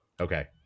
Okay